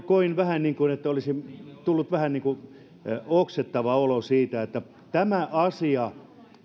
koin että olisi tullut vähän niin kuin oksettava olo siitä että tämä asia